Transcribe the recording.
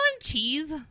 cheese